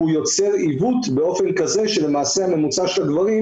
הוא יוצר עיוות באופן כזה שלמעשה הממוצע של הגברים